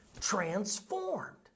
transformed